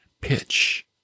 pitch